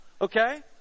okay